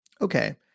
Okay